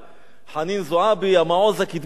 חנין זועבי, המעוז הקדמי של האויב.